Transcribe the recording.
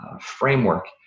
framework